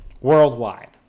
Worldwide